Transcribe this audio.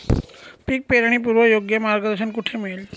पीक पेरणीपूर्व योग्य मार्गदर्शन कुठे मिळेल?